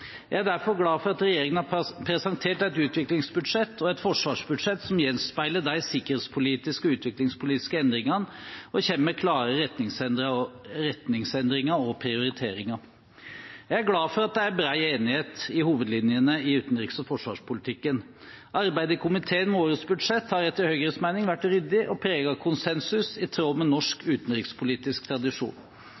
Jeg er derfor glad for at regjeringen har presentert et utviklingsbudsjett og et forsvarsbudsjett som gjenspeiler de sikkerhetspolitiske og utviklingspolitiske endringene, og kommer med klare retningsendringer og prioriteringer. Jeg er glad for at det er bred enighet i hovedlinjene i utenriks- og forsvarspolitikken. Arbeidet i komiteen med årets budsjett har etter Høyres mening vært ryddig og preget av konsensus, i tråd med norsk